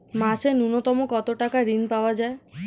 মাসে নূন্যতম কত টাকা ঋণ পাওয়া য়ায়?